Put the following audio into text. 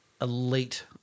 elite